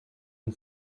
une